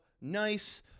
nice